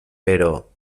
pero